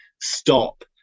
stop